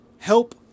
Help